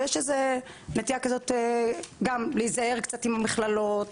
ויש נטייה כזו גם להיזהר קצת עם מכללות,